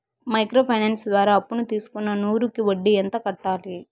Micro finance ద్వారా అప్పును తీసుకున్న నూరు కి వడ్డీ ఎంత కట్టాలి?